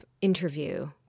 interview